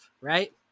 Right